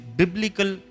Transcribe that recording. biblical